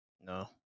No